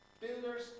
Builders